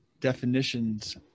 definitions